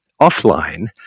offline